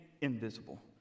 invisible